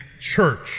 church